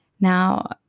Now